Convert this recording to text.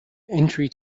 entry